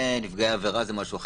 נפגעי עבירה זה משהו אחר.